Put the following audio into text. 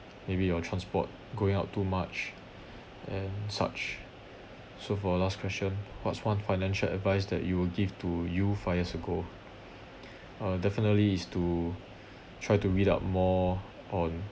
maybe your transport going out too much and such so for the last question what's one financial advice that you will give to you five years ago uh definitely is to try to read up more on